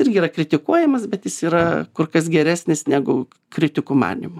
irgi yra kritikuojamas bet jis yra kur kas geresnis negu kritikų manymu